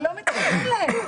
רק לא מתאפשר להן.